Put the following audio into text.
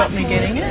but me getting